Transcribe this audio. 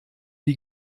die